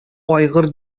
айгыр